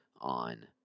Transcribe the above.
on